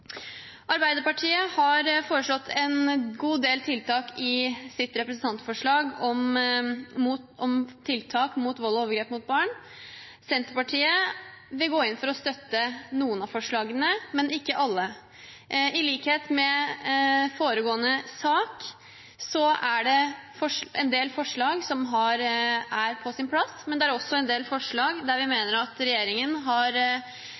Arbeiderpartiet har i sitt representantforslag foreslått en god del tiltak mot vold og overgrep mot barn. Senterpartiet vil gå inn for å støtte noen av forslagene, men ikke alle. I likhet med i foregående sak er det en del forslag som er på sin plass, men det er også en del forslag der vi